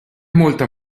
molta